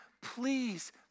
please